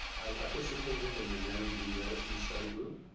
i participated in an energy medicine study group.